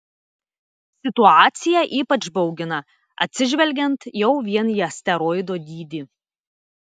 situacija ypač baugina atsižvelgiant jau vien į asteroido dydį